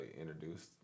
introduced